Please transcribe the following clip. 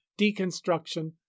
deconstruction